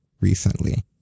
recently